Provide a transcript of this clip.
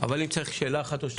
אבל אם צריך שאלה אחת או שתיים.